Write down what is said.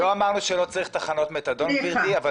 לא אמרנו שלא צריך תחנות מתדון גברתי,